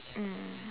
mm